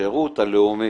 בשירות הלאומי,